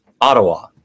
Ottawa